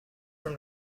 from